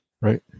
right